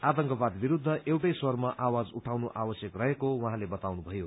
आतंकवाद विरूद्ध एउटै स्वरमा आवाज उठाउनु आवश्यक रहेको उहाँले बताउनुभयो